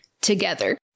together